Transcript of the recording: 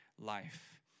life